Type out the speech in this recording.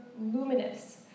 luminous